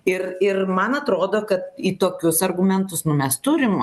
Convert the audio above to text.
ir ir man atrodo kad į tokius argumentus nu mes turim